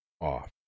off